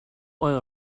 oil